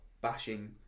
bashing